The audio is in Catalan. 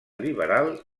liberal